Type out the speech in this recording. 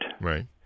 Right